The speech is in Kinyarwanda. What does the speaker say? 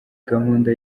gahunda